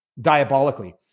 diabolically